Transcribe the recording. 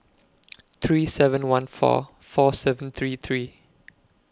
three seven fourteen four seven three three